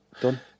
done